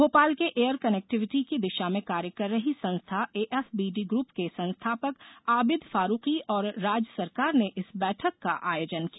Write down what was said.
भोपाल के air connectivity की दिशा में कार्य कर रही संस्था एएफबीडी ग्रप के संस्थापक आबिद फारूकी और राज सरकार ने इस बैठक का आयोजन किया